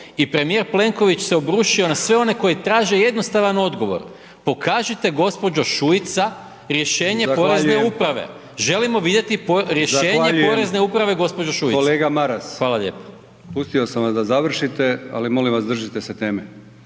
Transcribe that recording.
i premijer Plenković se obrušio na sve one koji traže jednostavan odgovor. Pokažite gospođo Šuica rješenje porezne uprave, želimo vidjeti rješenje porezne uprave gospođo Šuica. Hvala lijepa. **Brkić, Milijan (HDZ)**